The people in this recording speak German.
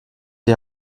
die